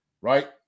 right